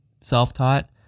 self-taught